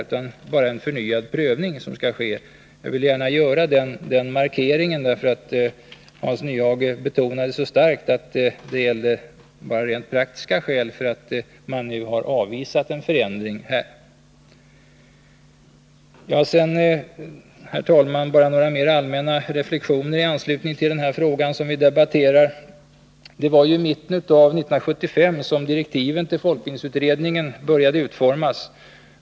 Det skall bara ske en Jag ville gärna göra denna markering, eftersom Hans Nyhage så starkt betonade att det bara gällde rent praktiska skäl för att man nu har avvisat en förändring härvidlag. Så, herr talman, några mer allmänna reflexioner i anslutning till den fråga som vi debatterar. Det var i mitten av 1975 som direktiven till folkbildningsutredningen började utformas.